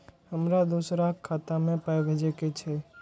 हमरा दोसराक खाता मे पाय भेजे के छै?